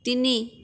তিনি